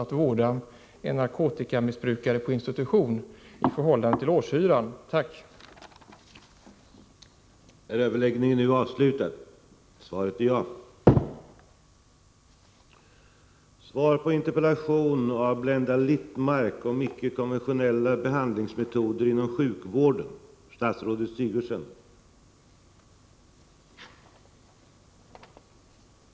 att vårda en narkotikamissbrukare på institution, sett i förhållande till årshyran för LP-huset i Göteborg.